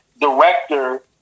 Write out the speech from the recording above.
director